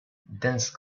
dense